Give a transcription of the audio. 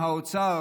האוצר,